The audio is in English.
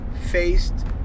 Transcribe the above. faced